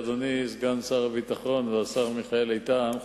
אדוני סגן שר הביטחון והשר מיכאל איתן,